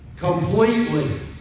Completely